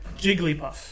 Jigglypuff